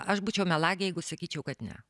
aš būčiau melagė jeigu sakyčiau kad ne